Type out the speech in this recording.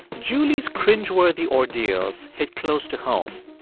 julie's cringeworthy ordeals hit close to home.